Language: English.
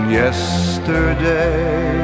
yesterday